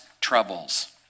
troubles